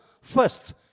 First